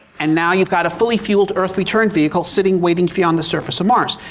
and now you've got a fully fueled earth return vehicle sitting, waiting for you on the surface of mars.